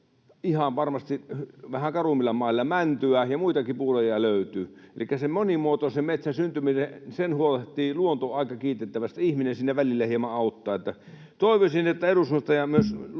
ihan varmasti, vähän karummilla mailla mäntyä, ja muitakin puulajeja löytyy. Elikkä sen monimuotoisen metsän syntymisen huolehtii luonto aika kiitettävästi, ja ihminen siinä välillä hieman auttaa. Toivoisin, että eduskunnasta ja myös